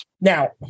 Now